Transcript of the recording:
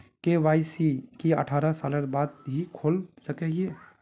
KYC की अठारह साल के बाद ही खोल सके हिये?